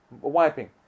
wiping